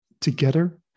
together